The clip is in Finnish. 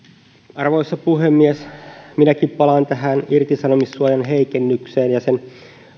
arvoisa puhemies minäkin palaan tähän irtisanomissuojan heikennykseen ja sen